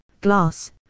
glass